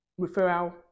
referral